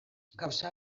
gauza